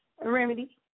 remedy